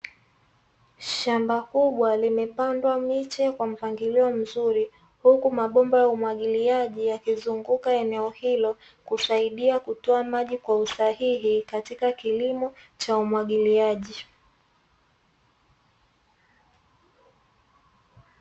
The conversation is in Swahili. Shamba kubwa limepandwa miche kwa mpangilio mzuri huku mabomba ya umwagiliaji yakizunguka eneo hilo kusaidia kutoa maji kwa usahihi katika kilimo cha umwagiliaji.